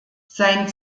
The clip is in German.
sein